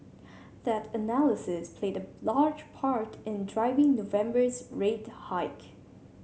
that analysis played a large part in driving November's rate hike